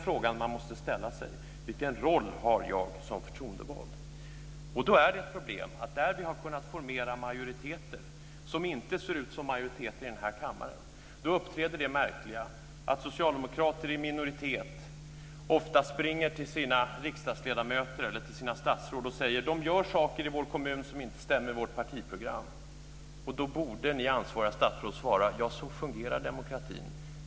Frågan man måste ställa sig är: Vilken roll har jag som förtroendevald? Och då är det ett problem att där vi har kunnat formera majoriteter som inte ser ut som majoriteten i den här kammaren så uppträder det märkliga att socialdemokrater i minoritet ofta springer till sina riksdagsledamöter eller till sina statsråd och säger: De gör saker i vår kommun som inte stämmer med vårt partiprogram. Då borde ni ansvariga statsråd svara: Ja, så fungerar demokratin.